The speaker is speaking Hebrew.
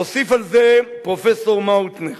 הוסיף על זה פרופסור מאוטנר